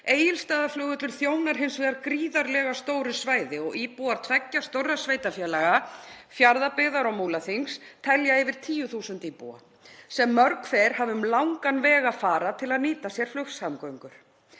Egilsstaðaflugvöllur þjónar hins vegar gríðarlega stóru svæði og íbúar tveggja stórra sveitarfélaga, Fjarðabyggðar og Múlaþings, telja yfir 10.000 íbúa sem mörg hver hafa um langan veg að fara til að nýta sér flugsamgöngur.